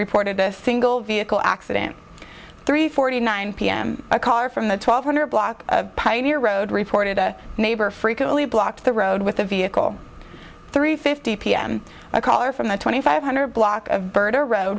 reported a single vehicle accident three forty nine pm a caller from the twelve hundred block of pioneer road reported a neighbor frequently blocked the road with the vehicle three fifty p m a caller from the twenty five hundred block of burger road